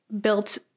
built